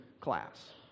class